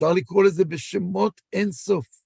מותר לקרוא לזה בשמות אין סוף.